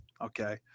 okay